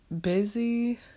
busy